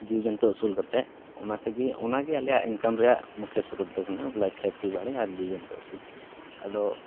ᱡᱤᱵᱽᱼᱡᱚᱱᱛᱩ ᱟᱹᱥᱩᱞ ᱠᱟᱛᱮᱫ ᱚᱱᱟ ᱛᱮᱜᱮ ᱚᱱᱟᱜᱮ ᱟᱞᱮᱭᱟᱜ ᱤᱱᱠᱟᱢ ᱨᱮᱭᱟᱜ ᱢᱩᱠᱷᱤᱭᱟᱹ ᱥᱨᱳᱛ ᱫᱚ ᱵᱚᱞᱮ ᱠᱷᱮᱛᱤ ᱵᱟᱲᱮ ᱟᱨ ᱡᱤᱵᱽᱼᱡᱚᱱᱛᱩ ᱟᱹᱥᱩᱞ ᱟᱫᱚ